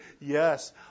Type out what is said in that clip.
yes